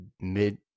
mid